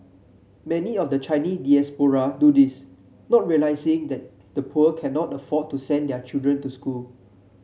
many of the Chinese diaspora do this not realising that the poor cannot afford to send their children to school